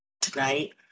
tonight